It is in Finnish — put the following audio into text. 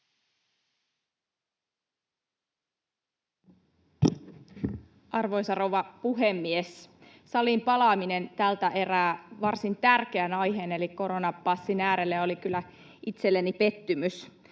Arvoisa rouva puhemies! Saliin palaaminen tältä erää varsin tärkeän aiheen eli koronapassin äärelle oli kyllä itselleni pettymys.